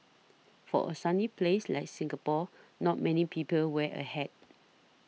for a sunny place like Singapore not many people wear a hat